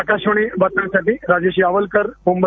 आकाशवाणी बातम्यांसाठी राजेश यावलकर मुंबई